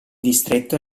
distretto